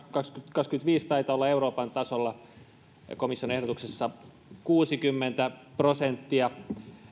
kaksikymmentäviisi taitaa olla euroopan tasolla komission ehdotuksessa kuusikymmentä prosenttia